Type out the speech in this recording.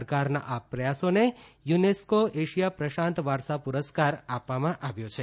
સરકારના આ પ્રયાસોને યુનેસ્કો એશિયા પ્રશાંત વારસાપુરસ્કાર આપવામાં આવ્યો છે